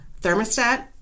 thermostat